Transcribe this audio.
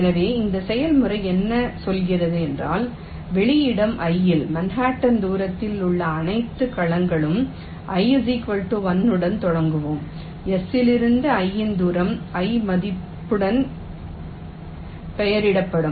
எனவே இந்த செயல்முறை என்ன சொல்கிறது என்றால் வெளியிடம் i இல் மன்ஹாட்டன் தூரத்தில் உள்ள அனைத்து கலங்களும் i 1 உடன் தொடங்குவோம் S இலிருந்து i இன் தூரம் i மதிப்புடன் பெயரிடப்படும்